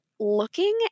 looking